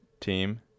team